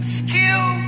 skill